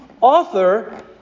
author